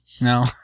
No